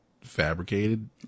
fabricated